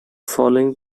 following